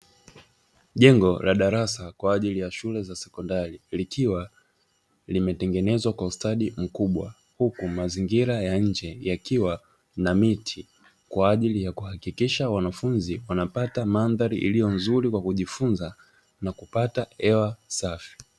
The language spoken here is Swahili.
Jengo la darasa kwa ajili ya shule ya sekondari likiwa limetengenezwa kwa ustadi mkubwa. Huku mazingira ya nje yakiwa na miti kwa ajili ya kuhakikisha wanafunzi, wanapata mandhari iliyo nzuri kwa kujifunza na kupata hewa safi.